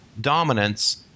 dominance